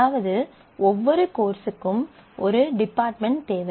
அதாவது ஒவ்வொரு கோர்ஸ்க்கும் ஒரு டிபார்ட்மென்ட் தேவை